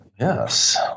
Yes